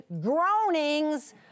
groanings